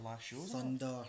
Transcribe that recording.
Thunder